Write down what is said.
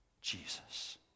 Jesus